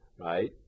right